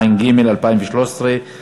אין נמנעים, אין מתנגדים.